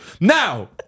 Now